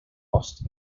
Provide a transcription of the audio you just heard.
lost